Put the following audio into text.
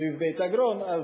סביב בית-אגרון.